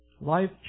Life